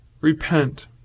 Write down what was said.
repent